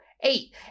eight